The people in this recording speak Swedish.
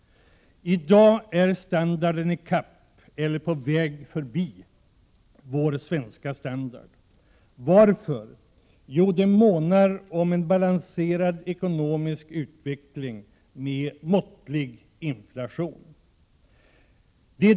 I dag har den standarden hunnit i kapp eller är på väg förbi vår svenska. Varför? Jo, man månar om en balanserad ekonomisk utveckling med måttlig inflation.